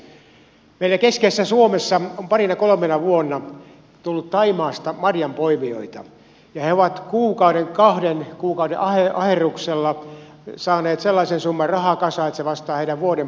meillä keskeisessä suomessa on parina kolmena vuonna tullut thaimaasta marjanpoimijoita ja he ovat kuukauden kahden aherruksella saaneet sellaisen summan rahaa kasaan että se vastaa heidän vuoden palkkaansa thaimaassa